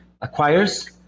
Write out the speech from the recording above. acquires